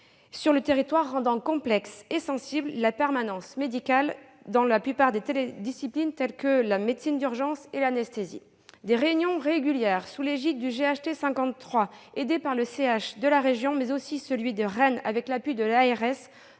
sur le territoire, rendant complexe et sensible la permanence médicale dans la plupart des disciplines telles que la médecine d'urgence et l'anesthésie. Des réunions régulières sous l'égide du GHT 53, aidé par les centres hospitaliers de la région, mais aussi celui de Rennes, avec l'appui de l'ARS,